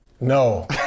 No